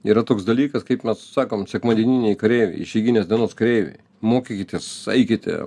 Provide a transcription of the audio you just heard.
yra toks dalykas kaip mes sakom sekmadieniniai kareiviai išeiginės dienos kareiviai mokykitės eikite